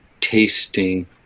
tasting